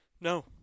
no